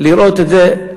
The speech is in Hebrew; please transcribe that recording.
לראות את זה,